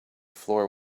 floor